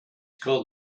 called